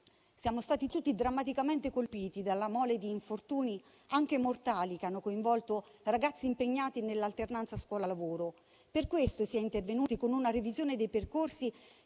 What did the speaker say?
Siamo stati tutti drammaticamente colpiti dalla mole di infortuni, anche mortali, che hanno coinvolto ragazzi impegnati nell'alternanza scuola-lavoro. Per questo si è intervenuti con una revisione dei percorsi